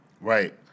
Right